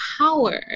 power